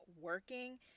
working